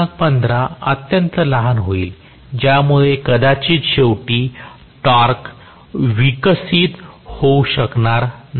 15 अत्यंत लहान होईल ज्यामुळे कदाचित शेवटी टॉर्क विकसित होऊ शकणार नाही